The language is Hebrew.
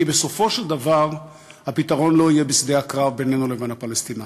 כי בסופו של דבר הפתרון לא יהיה בשדה הקרב בינינו לבין הפלסטינים.